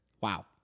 wow